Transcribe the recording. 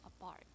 apart